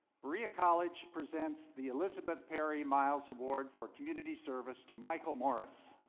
berea college presents the elizabeth perry miles award for community service to michael morris